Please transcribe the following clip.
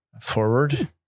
forward